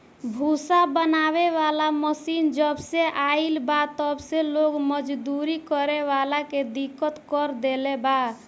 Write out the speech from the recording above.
भूसा बनावे वाला मशीन जबसे आईल बा तब से लोग मजदूरी करे वाला के दिक्कत कर देले बा